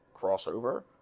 crossover